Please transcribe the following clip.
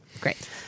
Great